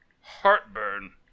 heartburn